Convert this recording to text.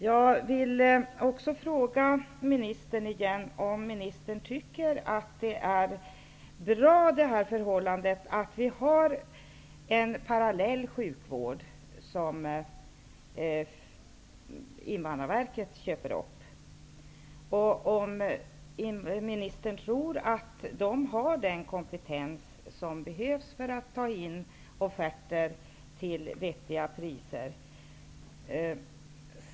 Jag vill också fråga ministern igen om ministern tycker att det är ett bra förhållande att Invandrar verket köper upp en parallell sjukvård och om mi nistern tror att verket har den kompetens som be hövs för att ta in offerter till vettiga priser.